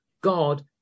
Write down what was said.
God